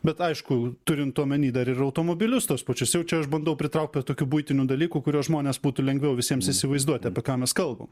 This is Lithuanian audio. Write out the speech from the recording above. bet aišku turint omeny dar ir automobilius tuos pačius jau čia aš bandau pritraukt prie tokių buitinių dalykų kuriuos žmonės būtų lengviau visiems įsivaizduoti apie ką mes kalbam